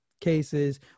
cases